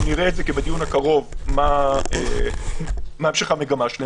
נראה בדיון הקרוב מה השמך המגמה.